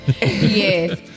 Yes